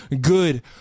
good